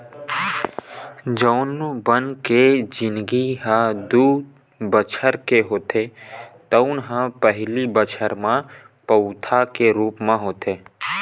जउन बन के जिनगी ह दू बछर के होथे तउन ह पहिली बछर म पउधा के रूप म होथे